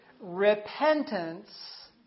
repentance